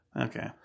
Okay